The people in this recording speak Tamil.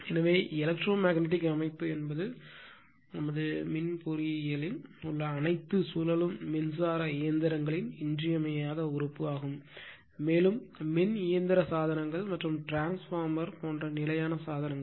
எனவே எலக்ட்ரோ மேக்னெட்டிக் அமைப்பு என்பது நமது மின் பொறியியலில் உள்ள அனைத்து சுழலும் மின்சார இயந்திரங்களின் இன்றியமையாத உறுப்பு ஆகும் மேலும் மின் இயந்திர சாதனங்கள் மற்றும் டிரான்ஸ்பார்மர்போன்ற நிலையான சாதனங்கள்